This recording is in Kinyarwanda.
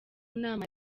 nama